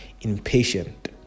impatient